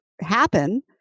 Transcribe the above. happen